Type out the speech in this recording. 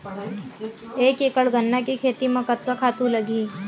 एक एकड़ गन्ना के खेती म कतका खातु लगही?